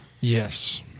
Yes